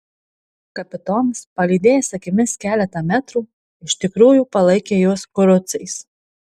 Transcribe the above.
kapitonas palydėjęs akimis keletą metrų iš tikrųjų palaikė juos kurucais